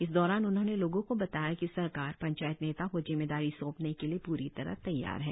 इस दौरान उन्होंने लोगों को बताया की सरकार पंचायत नेताओं को जिम्मेदारी सौंपने के लिए पूरी तरह तैयार है